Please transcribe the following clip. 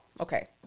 okay